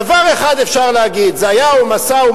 דבר אחד אפשר להגיד: זה היה משא-ומתן